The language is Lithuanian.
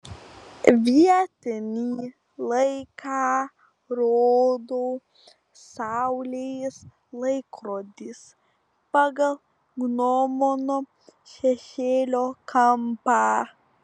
vietinį laiką rodo saulės laikrodis pagal gnomono šešėlio kampą